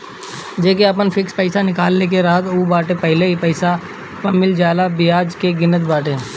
जेके आपन फिक्स पईसा निकाले के रहत बाटे उ पहिले पईसा पअ मिले वाला बियाज के गिनत बाटे